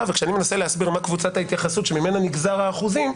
וכשאני מנסה להסביר מה קבוצת ההתייחסות שממנה נגזרו האחוזים,